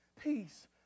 peace